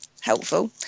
helpful